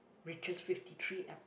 reaches fifty three ep~